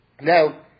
Now